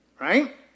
right